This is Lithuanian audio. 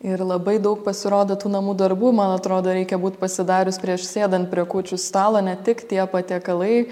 ir labai daug pasirodo tų namų darbų man atrodo reikia būt pasidarius prieš sėdant prie kūčių stalo ne tik tie patiekalai